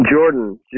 Jordan